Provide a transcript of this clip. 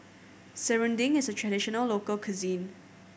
serunding is a traditional local cuisine